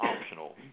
optional